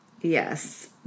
Yes